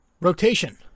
Rotation